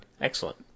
Excellent